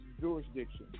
jurisdiction